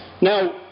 Now